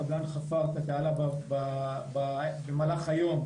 הקבלן חפר את התעלה במהלך היום,